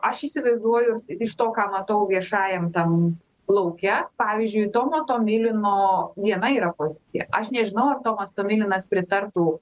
aš įsivaizduoju iš to ką matau viešajam tam lauke pavyzdžiui tomo tomilino viena yra pozicija aš nežinau ar tomas tomilinas pritartų